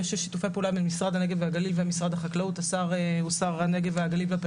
יש שיתופי פעולה עם משרד הנגב והגליל ומשרד החקלאות,